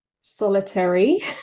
solitary